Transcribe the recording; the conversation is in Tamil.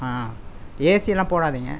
ஆ ஏசிலாம் போடாதீங்க